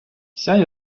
вся